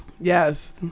Yes